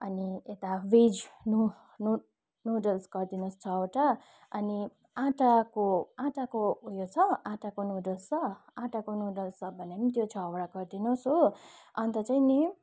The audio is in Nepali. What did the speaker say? अनि यता भेज नुड नुड नुडल्स गरिदिनुहोस् छवटा अनि आँटाको आँटाको उयो छ आँटाको नुडल्स छ आँटाको नुडल्स छ भने पनि त्यो छवटा गरिदिनुहोस् हो अन्त चाहिँ नि